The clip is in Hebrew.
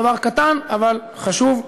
דבר קטן אבל חשוב.